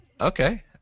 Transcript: okay